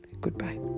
goodbye